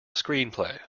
screenplay